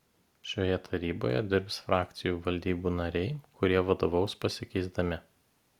šioje taryboje dirbs frakcijų valdybų nariai kurie vadovaus pasikeisdami